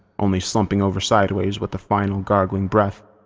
only slumping over sideways with a final gargling breath.